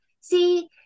see